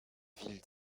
ville